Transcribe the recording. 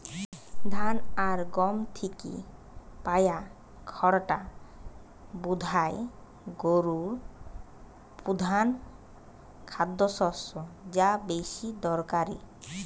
ধান আর গম থিকে পায়া খড়টা বোধায় গোরুর পোধান খাদ্যশস্য যা বেশি দরকারি